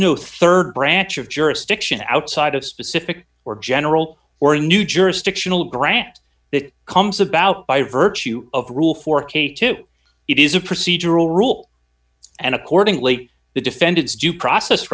no rd branch of jurisdiction outside of specific or general or a new jurisdictional grant that comes about by virtue of rule four k two it is a procedural rule and accordingly the defendant's due process